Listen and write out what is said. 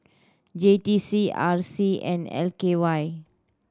J T C R C and L K Y